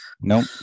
Nope